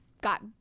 got